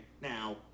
now